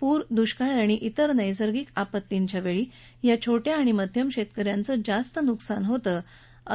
पूर दुष्काळ आणि त्विर नर्सर्गिक आपत्तीच्यावेळी या छोट्या आणि मध्यम शेतक यांचं जास्त नुकसान होतं